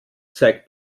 zeigt